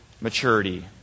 maturity